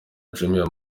jumia